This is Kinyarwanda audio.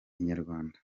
inyarwanda